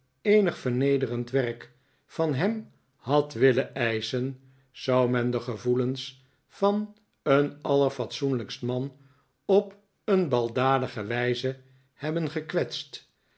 eenig vernederend werk van hem had willen eischen zou men de gevoelens van een allerfatsoenlijkst man op een baldadige wijze hebben